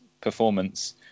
performance